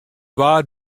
waard